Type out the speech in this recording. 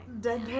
Dead